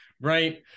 right